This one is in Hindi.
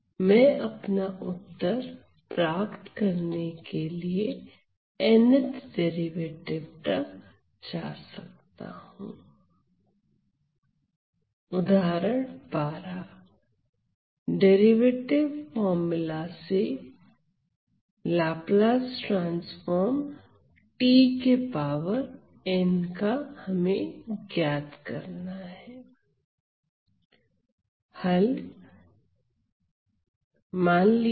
मैं अपना उत्तर प्राप्त करने के लिए nth डेरिवेटिव तक जा सकता हूं उदाहरण डेरिवेटिव फॉर्मूला से Ltn ज्ञात कीजिए